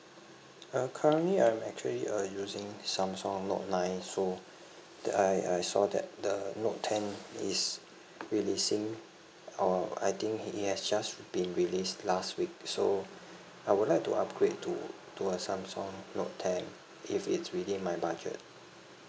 uh currently I'm actually uh using samsung note nine so that I I saw that the note ten is releasing or I think it has just been released last week so I would like to upgrade to to a samsung note ten if it's within my budget